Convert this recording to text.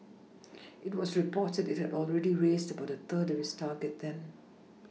it was reported that it had already raised about a third of its target then